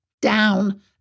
down